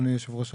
אדוני היושב ראש,